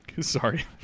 Sorry